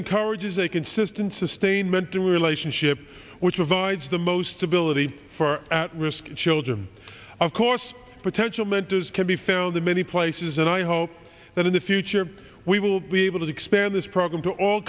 encourages a consistent sustainment and relationship which avoids the most ability for at risk children of course potential mentors can be found in many places and i hope that in the future we will be able to expand this program to all